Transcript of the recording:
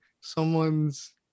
someone's